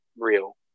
real